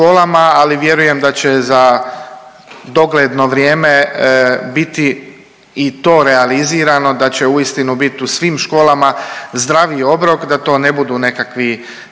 ali vjerujem da će za dogledno vrijeme biti i to realizirano, da će uistinu bit u svim školama zdravi obrok, da to ne budu nekakvi